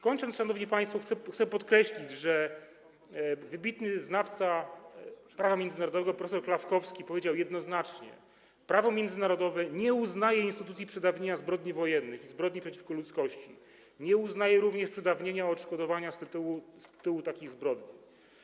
Kończąc, szanowni państwo, chcę podkreślić, że wybitny znawca prawa międzynarodowego prof. Klafkowski powiedział jednoznacznie: „Prawo międzynarodowe nie uznaje instytucji przedawnienia zbrodni wojennych i zbrodni przeciwko ludzkości, nie uznaje również przedawnienia o odszkodowania z tytułu takich zbrodni”